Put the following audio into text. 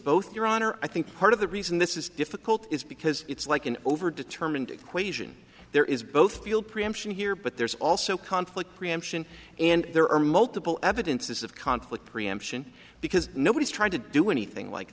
both your honor i think part of the reason this is difficult is because it's like an overdetermined equation there is both field preemption here but there's also conflict preemption and there are multiple evidences of conflict preemption because nobody's trying to do anything like